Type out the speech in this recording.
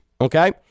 okay